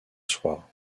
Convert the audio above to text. soir